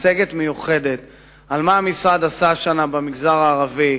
מצגת מיוחדת על מה שהמשרד עשה השנה במגזר הערבי.